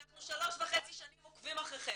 אנחנו שלוש וחצי שנים עוקבים אחריכם.